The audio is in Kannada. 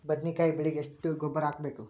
ಬದ್ನಿಕಾಯಿ ಬೆಳಿಗೆ ಎಷ್ಟ ಗೊಬ್ಬರ ಹಾಕ್ಬೇಕು?